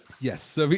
Yes